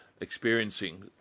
experiencing